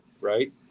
right